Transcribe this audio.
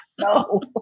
no